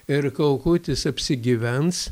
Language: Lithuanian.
ir kaukutis apsigyvens